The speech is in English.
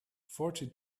forty